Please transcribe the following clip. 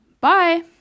Bye